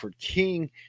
King